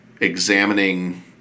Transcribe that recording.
examining